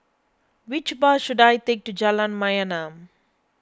which bus should I take to Jalan Mayaanam